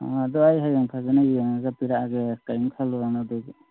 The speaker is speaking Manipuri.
ꯑꯗꯨ ꯑꯩ ꯍꯌꯦꯡ ꯐꯖꯅ ꯌꯦꯡꯉꯒ ꯄꯤꯔꯛꯑꯒꯦ ꯀꯩꯝ ꯈꯜꯂꯨꯔꯅꯨ ꯑꯗꯨꯒꯤ